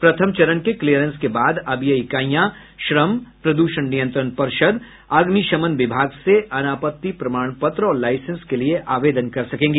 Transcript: प्रथम चरण के क्लीयरेंस के बाद अब ये इकाईयां श्रम प्रदूषण नियंत्रण पर्षद अग्निशमन विभाग से अनापत्ति प्रमाण पत्र और लाईसेंस के लिये आवेदन कर सकेंगी